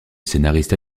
scénariste